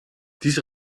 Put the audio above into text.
diese